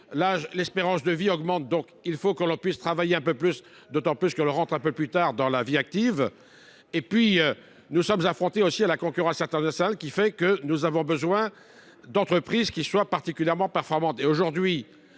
l’espérance de vie augmente et il faut que les Français puissent travailler un peu plus, d’autant qu’ils entrent plus tard dans la vie active. De plus, nous sommes confrontés aussi à la concurrence internationale, de sorte que nous avons besoin d’entreprises qui soient particulièrement performantes.